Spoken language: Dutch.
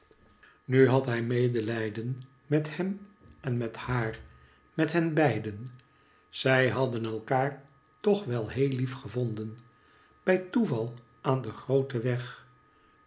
nu had hij medelijden met hem en met haar met hen beiden zij hadden elkaar toch wel heel lief gevonden bij toeval aan den grooten weg